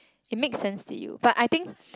it makes sense to you but I think